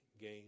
gain